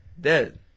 Dead